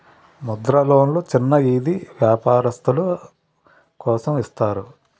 ముద్ర లోన్లు చిన్న ఈది వ్యాపారస్తులు కోసం ఇస్తారు